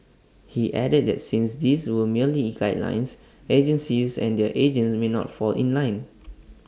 he added that since these were merely guidelines agencies and their agents may not fall in line